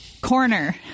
Corner